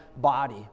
body